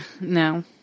No